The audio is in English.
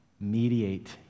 mediate